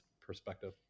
perspective